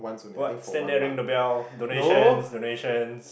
what stand there ring the bell donations donations